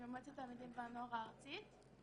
אני ממועצת התלמידים והנוער הארצית.